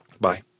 Bye